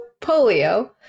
polio